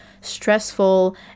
stressful